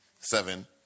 Seven